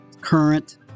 current